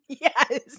Yes